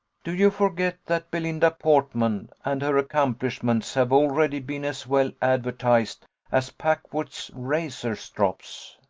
do you forget that belinda portman and her accomplishments have already been as well advertised as packwood's razor-strops?